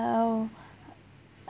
hello